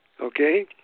okay